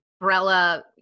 umbrella